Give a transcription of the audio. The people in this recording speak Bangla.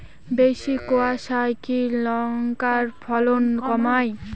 বেশি কোয়াশায় কি লঙ্কার ফলন কমায়?